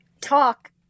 talk